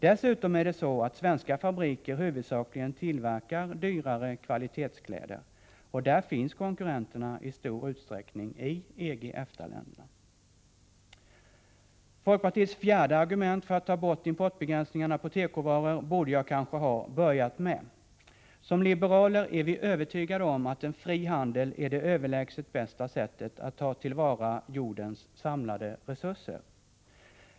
Dessutom är det så att svenska fabriker huvudsakligen tillverkar dyrare kvalitetskläder, och när det gäller sådana finns konkurrenterna i stor utsträckning i EG och EFTA länderna. Folkpartiets fjärde argument för att ta bort importbegränsningarna för tekovaror borde jag kanske ha börjat med. Som liberaler är vi övertygade om att en fri handel är det överlägset bästa för att ta till vara jordens samlade resurser.